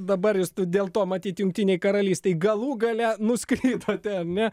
dabar jūs tu dėl to matyt jungtinėj karalystėj galų gale nuskridote ane